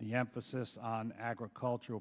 the emphasis on agricultural